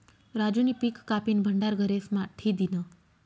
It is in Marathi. राजूनी पिक कापीन भंडार घरेस्मा ठी दिन्हं